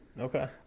Okay